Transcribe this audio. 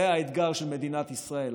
זה האתגר של מדינת ישראל,